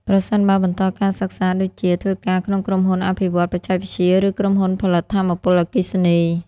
ប្រសិនបើបន្តការសិក្សាដូចជាធ្វើការក្នុងក្រុមហ៊ុនអភិវឌ្ឍន៍បច្ចេកវិទ្យា ឬក្រុមហ៊ុនផលិតថាមពលអគ្គិសនី។